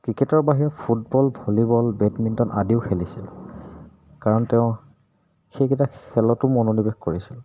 ক্ৰিকেটৰ বাহিৰে football volleyball badminton আদিও খেলিছিল কাৰণ তেওঁ সেইকেইটা খেলতো মনোনিৱেশ কৰিছিল